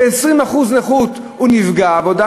ב-20% נכות הוא נפגע עבודה,